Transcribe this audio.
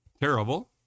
terrible